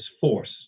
force